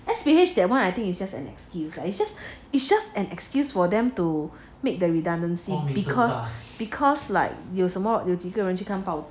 S_P_H that one I think it's just an excuse lah it's just it's just an excuse for them to make the redundancy because because like you 有什么有几个人去看报纸